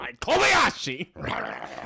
Kobayashi